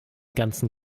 ganzen